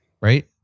right